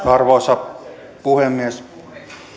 arvoisa puhemies